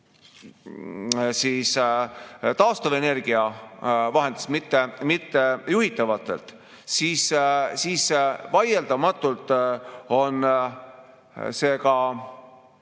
taastuvenergia vahenditest, mitte juhitavatest, siis vaieldamatult on see ka